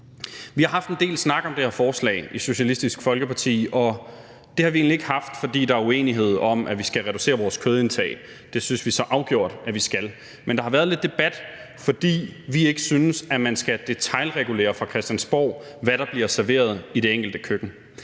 Vi har haft en del snak om det her forslag i Socialistisk Folkeparti, og det har vi egentlig ikke haft, fordi der er uenighed om, at vi skal reducere vores kødindtag. Det synes vi så afgjort at vi skal. Men der har været lidt debat, fordi vi ikke synes, man skal detailregulere fra Christiansborg, hvad der bliver serveret i det enkelte køkken.